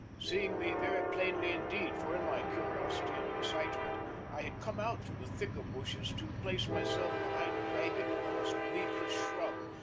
seeing me very plainly indeed, for in my curiosity and excitement i had come out from the thicker bushes to place myself behind a ragged, almost leafless shrub,